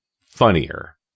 funnier